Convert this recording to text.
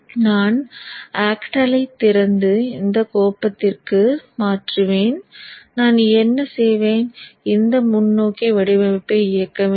நான் ஆக்டலைத் திறந்து இந்த கோப்பகத்திற்கு மாறுவேன் நான் என்ன செய்வேன் இந்த முன்னோக்கி வடிவமைப்பை இயக்க வேண்டும்